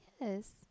yes